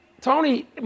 Tony